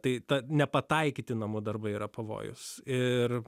tai ta nepataikyti namų darbai yra pavojus ir